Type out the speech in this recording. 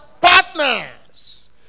partners